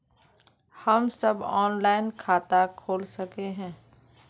हम सब ऑनलाइन खाता खोल सके है?